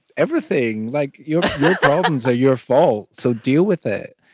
everything like your problems are your fault. so deal with it.